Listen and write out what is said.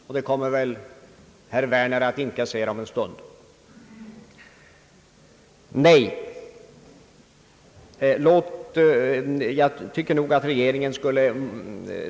Detta kommer väl herr Werner att inkassera om en stund.